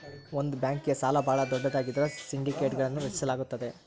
ಒಂದ ಬ್ಯಾಂಕ್ಗೆ ಸಾಲ ಭಾಳ ದೊಡ್ಡದಾಗಿದ್ರ ಸಿಂಡಿಕೇಟ್ಗಳನ್ನು ರಚಿಸಲಾಗುತ್ತದೆ